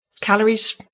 Calories